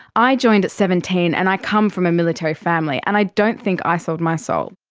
i joined at seventeen and i come from a military family and i don't think i sold my soul.